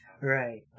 Right